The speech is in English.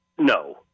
no